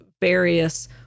various